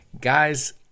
Guys